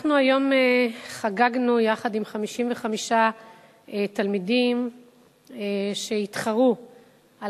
היום חגגנו יחד עם 55 תלמידים שהתחרו על